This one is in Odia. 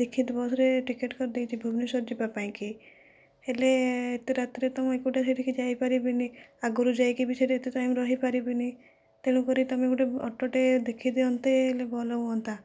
ଦୀକ୍ଷିତ ବସ୍ରେ ଟିକେଟ କରିଦେଇଛି ଭୁବନେଶ୍ୱର ଯିବା ପାଇଁ କି ହେଲେ ଏତେ ରାତିରେ ତ ମୁଁ ଏକୁଟିଆ ସେଠିକି ଯାଇପାରିବିନି ଆଗରୁ ଯାଇକି ବି ସେଠି ଏତେ ଟାଇମ୍ ରହିପାରିବିନି ତେଣୁ କରି ତୁମେ ଗୋଟିଏ ଅଟୋଟେ ଦେଖିଦିଅନ୍ତେ ହେଲେ ଭଲ ହୁଅନ୍ତା